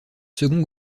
second